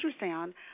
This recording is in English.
ultrasound